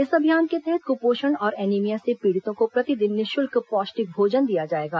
इस अभियान के तहत कुपोषण और एनीमिया से पीड़ितों को प्रतिदिन निःशुल्क पौष्टिक भोजन दिया जाएगा